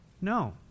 No